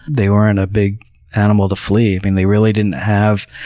they weren't a big animal to flee. they really didn't have